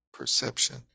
perception